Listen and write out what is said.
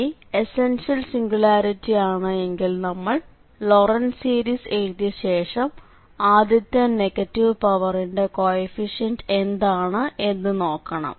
ഇനി essential singularity ആണ് എങ്കിൽ നമ്മൾ ലോറന്റ് സീരിസ് എഴുതിയ ശേഷം ആദ്യത്തെ നെഗറ്റീവ് പവറിന്റെ കോയെഫിഷ്യന്റ് എന്താണ് എന്ന് നോക്കണം